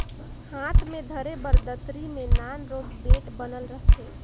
हाथ मे धरे बर दतरी मे नान रोट बेठ बनल रहथे